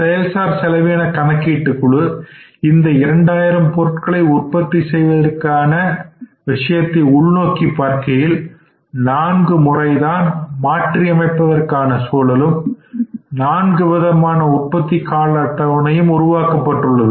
செயல் சார் செலவின கணக்கீட்டு குழு இந்த 2000 பொருட்கள் உற்பத்தி செய்வதற்கான விஷயத்தை உள்நோக்கி பார்க்கையில் நான்கு முறை மாற்றியமைப்பதற்கான சூழலும் நான்குவிதமான உற்பத்தி கால அட்டவணையும் உருவாக்கப்பட்டுள்ளது